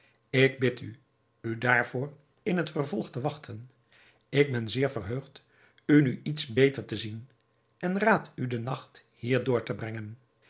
ik bid u u daarvoor in het vervolg te wachten ik ben zeer verheugd u nu iets beter te zien en raad u den nacht hier door te brengen